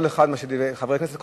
כל אחד מחברי הכנסת,